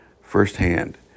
firsthand